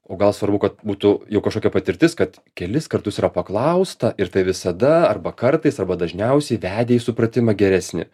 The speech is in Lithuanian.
o gal svarbu kad būtų jau kažkokia patirtis kad kelis kartus yra paklausta ir tai visada arba kartais arba dažniausiai vedė į supratimą geresnį